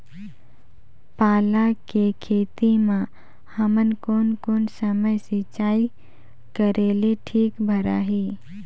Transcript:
पाला के खेती मां हमन कोन कोन समय सिंचाई करेले ठीक भराही?